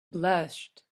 blushed